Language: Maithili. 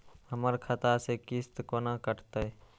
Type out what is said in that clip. हमर खाता से किस्त कोना कटतै?